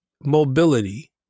mobility